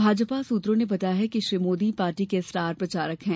भाजपा सूत्रों ने बताया कि श्री मोदी पार्टी के स्टार प्रचारक हैं